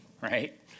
right